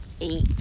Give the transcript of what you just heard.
eight